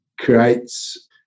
creates